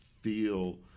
feel